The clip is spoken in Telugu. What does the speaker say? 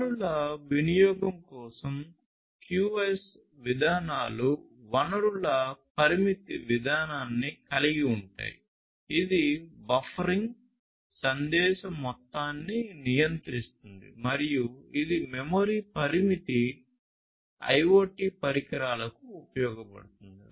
వనరుల వినియోగం కోసం QoS విధానాలు వనరుల పరిమితి విధానాన్ని కలిగి ఉంటాయి ఇది బఫరింగ్ సందేశ మొత్తాన్ని నియంత్రిస్తుంది మరియు ఇది మెమరీ పరిమితి IoT పరికరాలకు ఉపయోగపడుతుంది